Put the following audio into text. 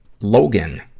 Logan